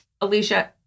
Alicia